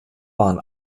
waren